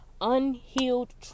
unhealed